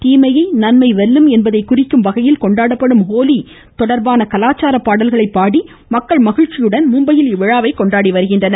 தீமையை நன்மை வெல்லும் என்பதை குறிக்கும் வகையிலும் கொண்டாடப்படும் நோலி தொடர்பான கலாச்சார பாடல்களை பாடி மக்கள் மகிழ்ச்சியுடன் மும்பையில் இவ்விழாவை கொண்டாடி வருகின்றனர்